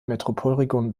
metropolregion